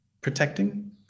protecting